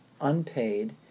unpaid